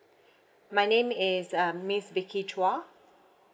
my name is um miss vicky chua